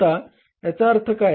आता याचा अर्थ काय